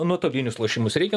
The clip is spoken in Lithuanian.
nuotolinius lošimus reikia